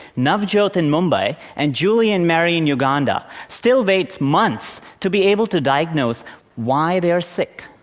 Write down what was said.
navjoot in mumbai, and julie and mary in uganda still wait months to be able to diagnose why they are sick?